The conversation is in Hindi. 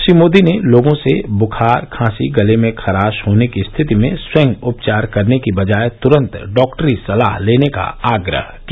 श्री मोदी ने लोगों से बुखार खांसी गले में खराश होने की स्थिति में स्वयं उपचार करने की बजाय तुरंत डॉक्टरी सलाह लेने का आग्रह किया